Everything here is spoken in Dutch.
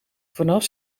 vanaf